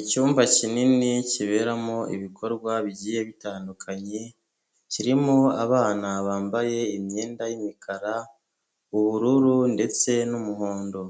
Icyumba kinini kiberamo ibikorwa bigiye bitandukanye, kirimo abana bambaye imyenda y'umikara, ubururu ndetse n'umuhondo.